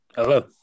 Hello